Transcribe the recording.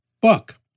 book